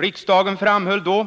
Riksdagen framhöll då